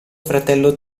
fratello